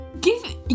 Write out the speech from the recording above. Give